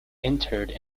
interred